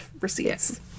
receipts